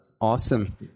Awesome